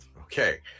Okay